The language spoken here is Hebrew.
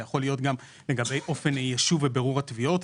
זה יכול להיות גם לגבי אופן יישוב ובירור התביעות.